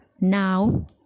now